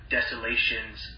Desolations